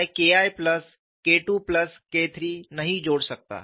मैं K I plus KII plus K III नहीं जोड़ सकता